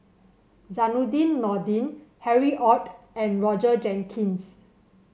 Zainudin Nordin Harry Ord and Roger Jenkins